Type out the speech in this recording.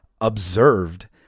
observed